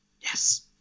Yes